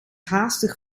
haastig